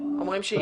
אומרים שיש.